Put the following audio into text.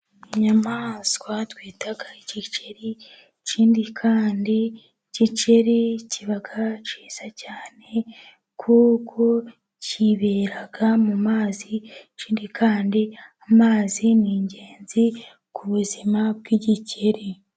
Inyamaswa twita igikeri, ikindi kandi igikeri kiba cyiza cyane, kuko kibera mu mazi. Ikindi kandi amazi ni ingenzi ku buzima bw'igikeri.